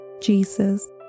Jesus